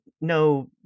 no